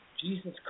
Jesus